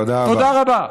תודה רבה.